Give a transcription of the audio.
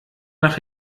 nach